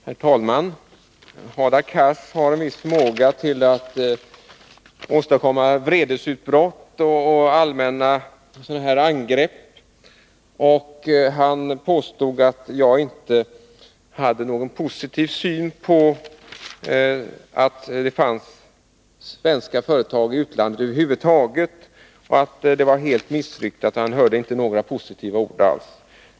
Herr talman! Hadar Cars har en viss förmåga att åstadkomma vredesutbrott och göra allmänna angrepp. Han påstod att jag inte hade någon positiv syn på att det fanns svenska företag i utlandet över huvud taget. Han ansåg att mitt inlägg var helt missriktat — han hörde inte några positiva ord alls.